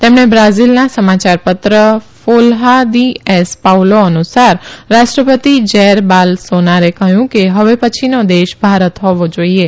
તેમણે બ્રાઝીલના સમાચારપત્ર ફોલહા દી એસ પાઉલો અનુસાર રાષ્ટ્રપતિ જેર બોલસોનારોએ કહ્યું કે હવે પછીનો દેશ ભારત હોવો જોઈએ